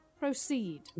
Proceed